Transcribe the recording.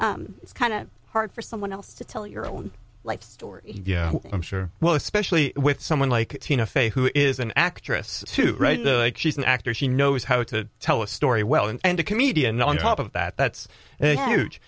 s it's kind of hard for someone else to tell your own life story yeah i'm sure well especially with someone like tina fey who is an actress right she's an actor she knows how to tell a story well and a comedian on top of that that's a huge